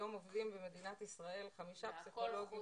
היום עובדים במדינת ישראל חמישה פסיכולוגים